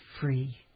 free